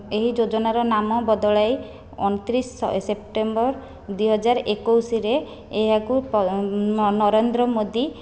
ଏହି ଯୋଜନାର ନାମ ବଦଳାଇ ଅଣତିରିଶ ସେପ୍ଟେମ୍ବର ଦୁଇ ହଜାର ଏକୋଇଶିରେ ଏହାକୁ ନରେନ୍ଦ୍ର ମୋଦି